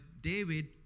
David